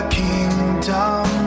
kingdom